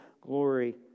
glory